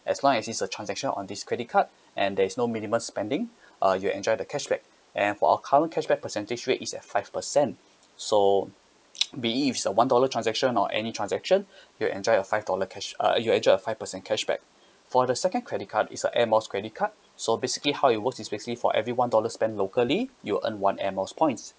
as long as it's a transaction on this credit card and there is no minimum spending uh you enjoy the cashback and for our current cashback percentage rate is at five percent so be it it's a one dollar transaction or any transaction you enjoy a five dollar cash uh you enjoy a five percent cashback for the second credit card is a air miles credit card so basically how it works is basically for every one dollar spent locally you earn one air miles points